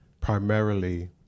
primarily